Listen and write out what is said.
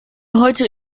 heute